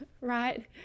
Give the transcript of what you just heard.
right